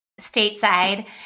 Stateside